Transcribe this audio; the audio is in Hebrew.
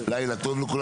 לילה טוב לכולם.